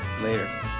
Later